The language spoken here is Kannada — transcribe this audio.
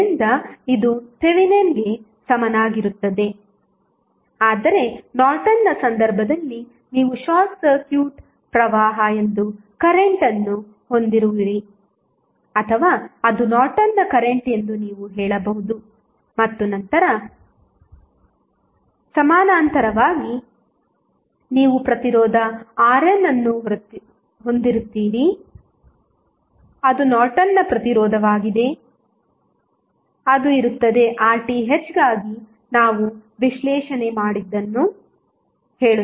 ಆದ್ದರಿಂದ ಇದು ಥೆವೆನಿನ್ಗೆ ಸಮನಾಗಿರುತ್ತದೆ ಆದರೆ ನಾರ್ಟನ್ನ ಸಂದರ್ಭದಲ್ಲಿ ನೀವು ಶಾರ್ಟ್ ಸರ್ಕ್ಯೂಟ್ ಪ್ರವಾಹ ಎಂದು ಕರೆಂಟ್ ಅನ್ನು ಹೊಂದಿರುತ್ತೀರಿ ಅಥವಾ ಅದು ನಾರ್ಟನ್ನ ಕರೆಂಟ್ ಎಂದು ನೀವು ಹೇಳಬಹುದು ಮತ್ತು ನಂತರ ಸಮಾನಾಂತರವಾಗಿ ನೀವು ಪ್ರತಿರೋಧ RN ಅನ್ನು ಹೊಂದಿರುತ್ತೀರಿ ಅದು ನಾರ್ಟನ್ನ ಪ್ರತಿರೋಧವಾಗಿದೆ ಅದು ಇರುತ್ತದೆ RThಗಾಗಿ ನಾವು ವಿಶ್ಲೇಷಣೆ ಮಾಡಿದ್ದನ್ನು ಹೋಲುತ್ತದೆ